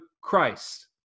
Christ